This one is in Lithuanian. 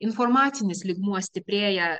informacinis lygmuo stiprėja